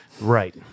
Right